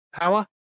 Power